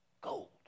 Gold